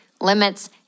limits